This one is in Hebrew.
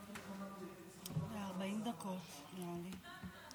אדוני היושב-ראש, שר האנרגיה,